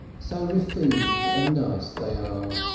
so refined and nice they are.